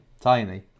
tiny